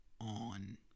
on